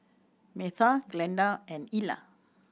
Metha Glenda and Illa